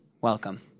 Welcome